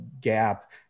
gap